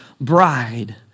bride